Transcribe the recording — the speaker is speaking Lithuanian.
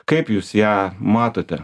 kaip jūs ją matote